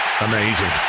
Amazing